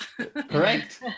correct